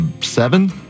Seven